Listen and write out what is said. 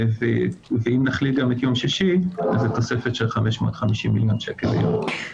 ואם נחליט גם את יום שישי אז זה תוספת של 550 מיליון שקל ליום.